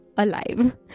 Alive